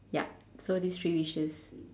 yup so these three wishes